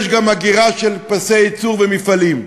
יש גם הגירה של פסי ייצור ומפעלים.